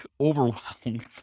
overwhelmed